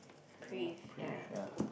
Prive ya